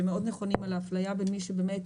שמאוד נכונים על אפליה בין מי שבאמת